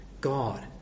God